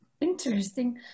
Interesting